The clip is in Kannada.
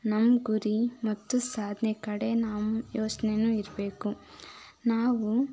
ನಮ್ಮ ಗುರಿ ಮತ್ತು ಸಾಧನೆ ಕಡೆ ನಮ್ಮ ಯೋಚನೇನೂ ಇರಬೇಕು ನಾವು